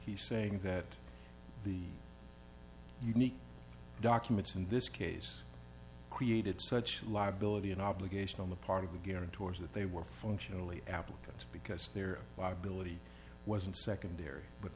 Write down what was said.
he's saying that the unique documents in this case created such liability an obligation on the part of the guarantors that they were functionally applicants because their liability was in secondary but